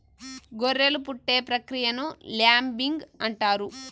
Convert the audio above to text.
గొర్రెలు పుట్టే ప్రక్రియను ల్యాంబింగ్ అంటారు